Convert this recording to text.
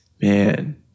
Man